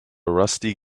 rusty